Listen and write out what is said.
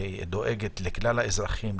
שדואגת לכלל האזרחים,